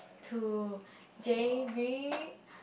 to j_b